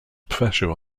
pressure